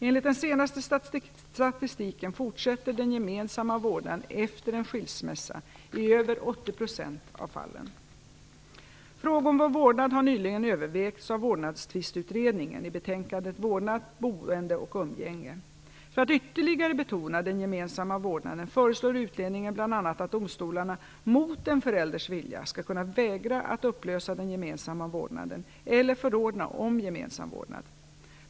Enligt den senaste statistiken fortsätter den gemensamma vårdnaden efter en skilsmässa i över 80 % av fallen. Frågor om vårdnad har nyligen övervägts av Vårdnadstvistutredningen i betänkandet Vårdnad, boende och umgänge . För att ytterligare betona den gemensamma vårdnaden föreslår utredningen bl.a. att domstolarna mot en förälders vilja skall kunna vägra att upplösa den gemensamma vårdnaden eller förordna om gemensam vårdnad.